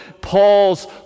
Paul's